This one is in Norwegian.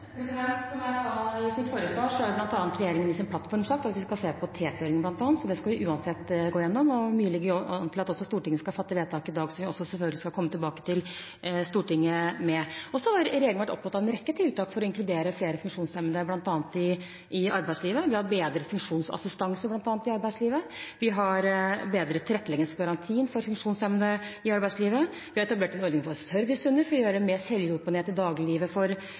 Som jeg sa i mitt forrige svar, har regjeringen i sin plattform sagt at vi skal se på bl.a. TT-ordningen, så det skal vi uansett gå igjennom. Det ligger også an til at Stortinget skal fatte vedtak i dag som vi selvfølgelig også skal komme tilbake til Stortinget med. Regjeringen har vært opptatt av en rekke tiltak for å inkludere flere funksjonshemmede, bl.a. i arbeidslivet. Vi har bl.a. bedret ordningen med funksjonsassistanse i arbeidslivet. Vi har bedret tilretteleggingsgarantien for funksjonshemmede i arbeidslivet. Vi har etablert en ordning med servicehunder for å gjøre funksjonshemmede mer selvhjulpne i dagliglivet.